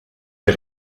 des